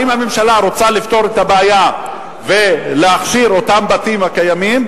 האם הממשלה רוצה לפתור את הבעיה ולהכשיר את אותם בתים הקיימים,